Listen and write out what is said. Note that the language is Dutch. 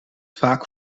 vaak